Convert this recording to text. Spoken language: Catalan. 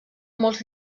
molts